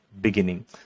beginning